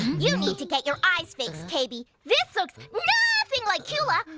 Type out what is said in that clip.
you need to get your eyes fixed, kebi! this looks nothing like cula!